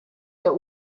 der